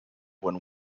when